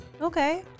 Okay